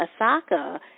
Osaka